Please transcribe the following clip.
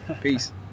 Peace